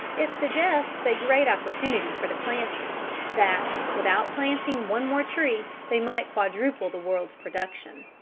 it suggests a great opportunity for the planters that, without planting one more tree, they might quadruple the world's production.